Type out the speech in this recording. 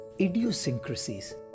idiosyncrasies